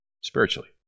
spiritually